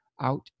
out